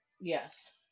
Yes